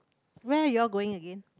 where you are going again